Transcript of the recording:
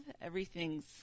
everything's